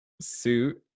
suit